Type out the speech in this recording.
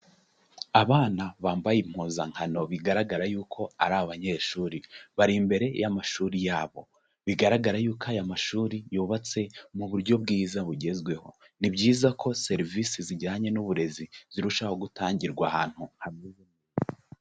Abana bambaye impuzankano bigaragara yuko ari abanyeshuri, bari imbere y'amashuri yabo bigaragara yuko aya mashuri yubatse mu buryo bwiza bugezweho, ni byiza ko serivisi zijyanye n'uburezi zirushaho gutangirwa ahantu ha...